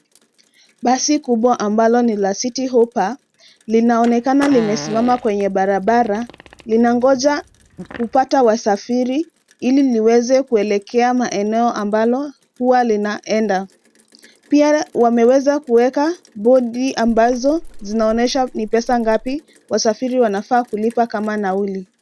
Basi kubwa ambalo ni la Citi Hoppa linaonekana limesimama kwenye barabara. Linangoja kupata wasafiri ili liweze kuelekea maeneo ambalo huwa linaenda. Pia wameweza kuweka bodi ambazo zinaonyesha ni pesa ngapi wasafiri wanafaa kulipa kama nauli.